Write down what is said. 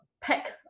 pack